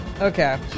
Okay